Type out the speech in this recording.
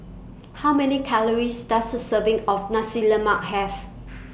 How Many Calories Does A Serving of Nasi Lemak Have